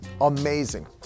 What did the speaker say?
Amazing